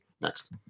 Next